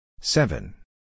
Seven